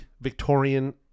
Victorian